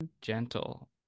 gentle